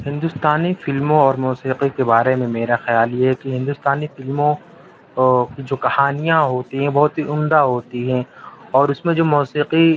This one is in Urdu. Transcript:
ہندوستانی فلموں اور موسیقی کے بارے میں میرا خیال یہ ہے کہ ہندوستانی فلموں جو کہانیاں ہوتی ہیں بہت ہی عمدہ ہوتی ہیں اور اس میں جو موسیقی